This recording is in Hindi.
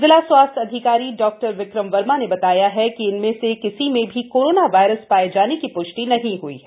जिला स्वास्थ्य अधिकारी डॉक्टर विक्रम वर्मा ने बताया है कि इनमें से किसी में भी कोरोना वायरस पाए जाने की प्ष्टि नहीं हुई है